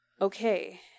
Okay